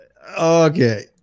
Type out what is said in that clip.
okay